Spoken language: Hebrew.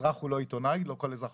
לא כל אזרח